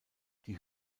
die